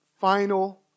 final